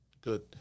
Good